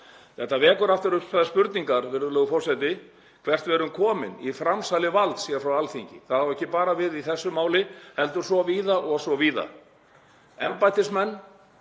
Þetta vekur aftur upp þær spurningar, virðulegur forseti, hvert við erum komin í framsali valds frá Alþingi. Það á ekki bara við í þessu máli heldur svo víða og svo víða.